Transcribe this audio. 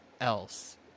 else